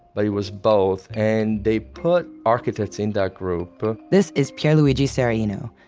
but they was both and they put architects in that group this is pierluigi serraino,